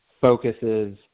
focuses